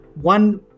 One